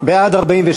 להעביר את